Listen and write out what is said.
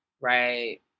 right